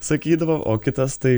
sakydavo o kitas tai